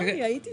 הייתי שם.